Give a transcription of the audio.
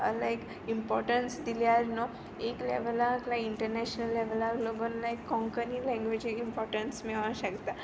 लायक importance दिल्यार न्हय एक लॅवलार ला इंटनॅश्नल लॅवलार लगून लायक कोंकणी लँग्वेजीक इंपॉटन्स मेळूं शकता